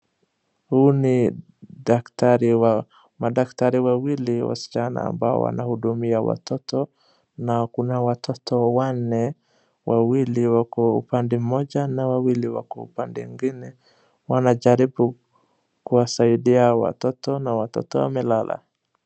Huu ni daktari wa, madaktari wawili wasichana ambao wanahudumia watoto na kuna watoto wanne, wawili wako upande mmoja na wawili wako upande ingine. Wanajaribu kuwasaidia hao watoto na watoto wamelala.